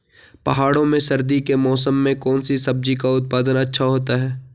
पहाड़ों में सर्दी के मौसम में कौन सी सब्जी का उत्पादन अच्छा होता है?